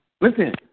Listen